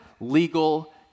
legal